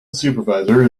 supervisor